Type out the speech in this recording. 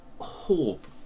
hope